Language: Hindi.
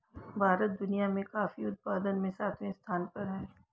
भारत दुनिया में कॉफी उत्पादन में सातवें स्थान पर है